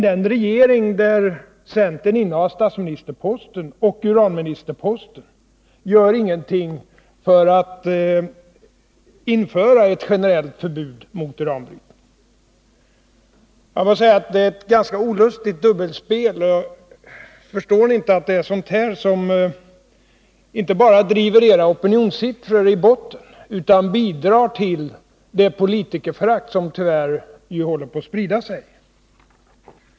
Den regering där centern innehar statsministerposten och uranministerposten gör emellertid ingenting för att införa ett generellt förbud mot uranbrytning. Det är ett ganska olustigt dubbelspel. Förstår ni inte att det är sådant här som inte bara driver era opinionssiffror i botten utan också bidrar till det politikerförakt som tyvärr håller på att sprida sig?